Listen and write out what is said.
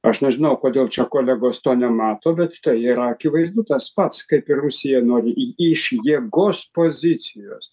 aš nežinau kodėl čia kolegos to nemato bet tai yra akivaizdu tas pats kaip ir rusija nori iš jėgos pozicijos